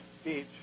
speech